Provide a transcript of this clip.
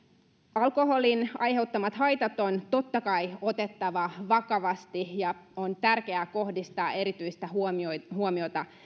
alkoholin aiheuttamat haitat on totta kai otettava vakavasti ja on tärkeää kohdistaa erityistä huomiota